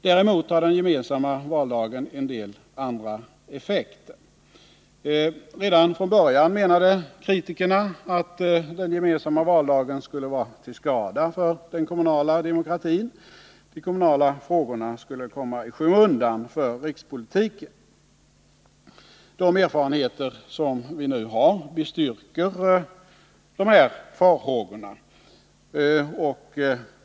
Däremot har den gemensamma valdagen en del andra effekter. Redan från början menade kritikerna att den gemensamma valdagen skulle vara till skada för den kommunala demokratin. De kommunala frågorna skulle komma i skymundan för rikspolitiken. De erfarenheter som vi nu har styrker de här farhågorna.